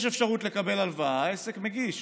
יש אפשרות לקבל הלוואה, העסק מגיש,